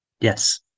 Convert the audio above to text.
yes